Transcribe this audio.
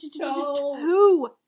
two